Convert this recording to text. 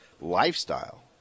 lifestyle